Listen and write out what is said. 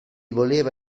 voleva